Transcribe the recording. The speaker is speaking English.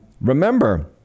Remember